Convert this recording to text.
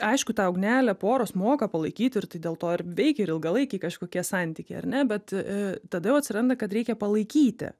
aišku tą ugnelę poros moka palaikyti ir tai dėl to ir veikia ir ilgalaikiai kažkokie santykiai ar ne bet tada jau atsiranda kad reikia palaikyti